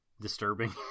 disturbing